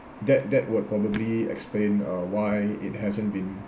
that that would probably explain uh why it hasn't been